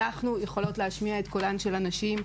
אנחנו יכולות להשמיע את קולן של הנשים.